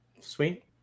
Sweet